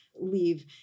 leave